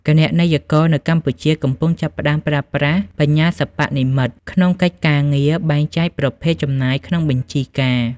គណនេយ្យករនៅកម្ពុជាកំពុងចាប់ផ្តើមប្រើប្រាស់បញ្ញាសិប្បនិម្មិត ក្នុងកិច្ចការងារបែងចែកប្រភេទចំណាយក្នុងបញ្ជីការ។